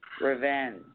revenge